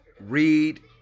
Read